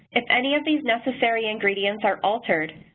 if any of these necessary ingredients are altered,